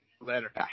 Later